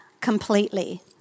completely